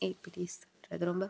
எப்படி சொல்கிறது ரொம்ப